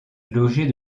logés